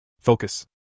Focus